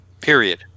Period